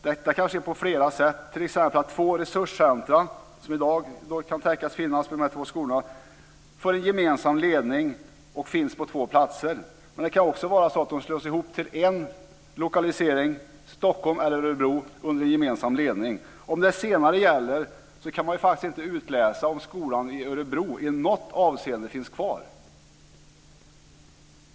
Detta kan ske på flera sätt, t.ex. genom att två resurscenter som i dag kan tänkas finnas vid de här två skolorna får en gemensam ledning och finns på två platser. Det kan också vara så att de slås ihop till en lokalisering - Stockholm eller Örebro - under gemensam ledning. Om det senare gäller kan man faktiskt inte utläsa om skolan i Örebro i något avseende finns kvar.